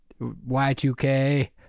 Y2K